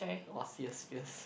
!wah! fierce fierce